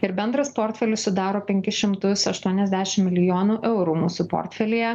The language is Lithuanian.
ir bendras portfelis sudaro penkis šimtus aštuoniasdešim milijonų eurų mūsų portfelyje